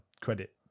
credit